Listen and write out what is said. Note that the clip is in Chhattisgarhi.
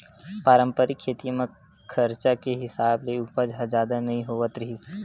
पारंपरिक खेती म खरचा के हिसाब ले उपज ह जादा नइ होवत रिहिस